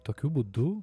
tokiu būdu